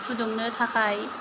फुदुंनो थाखाय